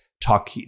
talk